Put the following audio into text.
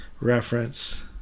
reference